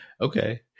okay